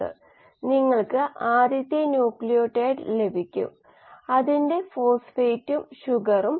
കോശങ്ങളുടെ ഉപാപചയ നിലയെക്കുറിച്ചുള്ള വിവരങ്ങൾ ലഭിക്കുന്നതിന് കൾച്ചർ ഫ്ലൂറസെൻസിന്റെ നിരീക്ഷണം ഉപയോഗപ്രദമാണ്